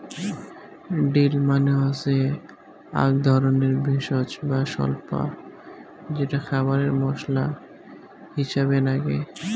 deal মানে হসে আক ধরণের ভেষজ বা স্বল্পা যেটো খাবারে মশলা হিছাবে নাগে